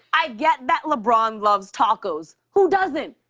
i get that lebron loves tacos. who doesn't?